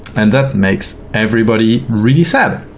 and that makes everybody really sad.